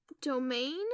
domain